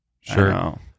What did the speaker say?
sure